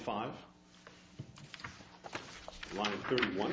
five one